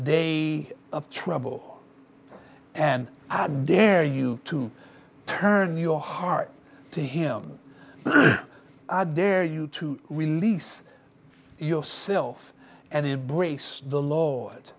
day of trouble and i dare you to turn your heart to him are there you to release yourself and embrace the lord